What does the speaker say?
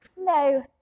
No